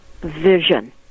vision